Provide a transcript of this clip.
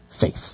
faith